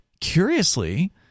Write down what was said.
curiously